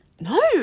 No